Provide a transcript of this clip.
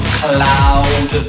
cloud